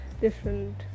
different